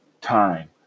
time